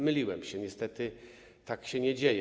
Myliłem się niestety, tak się nie dzieje.